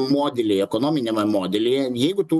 modelyje ekonominiame modelyje jeigu tu